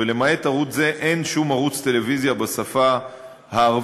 ולמעט ערוץ זה אין שום ערוץ טלוויזיה בשפה הערבית